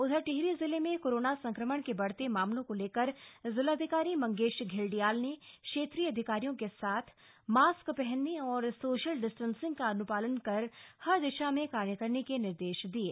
उधर टिहरी जिले में कोरोना संक्रमण के बढ़ते मामलों को लेकर जिलाधिकारी मंगेश घिल्डियाल ने क्षेत्रीय अधिकारियों के साथ कर मास्क पहनने और सोशल डिस्टेंसिंग का अन्पालन हर दशा में कराने के निर्देश दिये